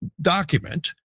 document